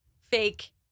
fake